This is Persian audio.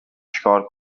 چیکار